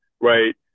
right